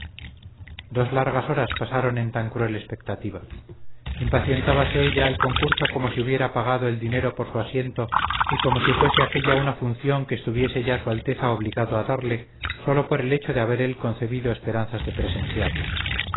dos largas horas pasaron en tan cruel expectativa impacientábase ya el concurso como si hubiera pagado el dinero por su asiento y como si fuese aquella una función que estuviese ya su alteza obligado a darle sólo por el hecho de haber él concebido esperanzas de presenciarla